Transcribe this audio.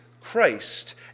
Christ